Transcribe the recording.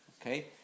Okay